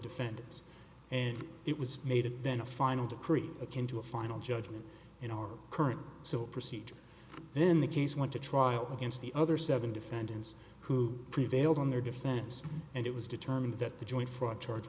defendants and it was made then a final decree akin to a final judgment in our current so procedure then the case went to trial against the other seven defendants who prevailed on their defense and it was determined that the joint fraud charge